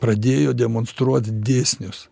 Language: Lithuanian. pradėjo demonstruot dėsnius